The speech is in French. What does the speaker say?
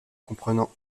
comprenant